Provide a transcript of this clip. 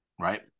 right